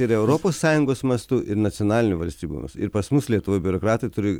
ir europos sąjungos mastu ir nacionalinių valstybių ir pas mus lietuvoj biurokratai turi